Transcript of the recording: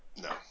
No